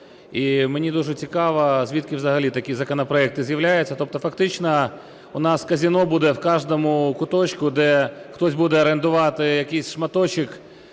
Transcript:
І мені дуже цікаво, звідки взагалі такі законопроекти з'являються. Тобто фактично у нас казино буде в кожному куточку, де хтось буде орендувати якийсь шматочок